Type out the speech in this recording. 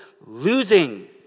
losing